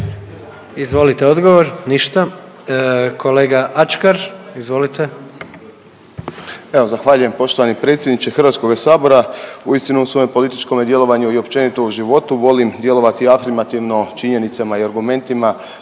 Izvolite odgovor. Ništa. Kolega Ačkar, izvolite.